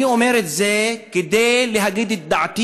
אני אומר את זה כדי להגיד את דעתי